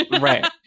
Right